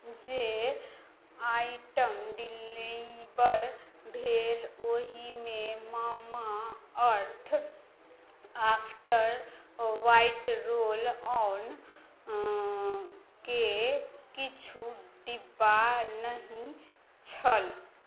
जे item deliver भेल ओहिमे Mamaearth after white roll on के किछु डिब्बा नहि छल